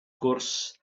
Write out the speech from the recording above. gwrs